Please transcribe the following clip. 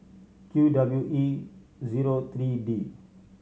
Q W E zero three D